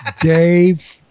Dave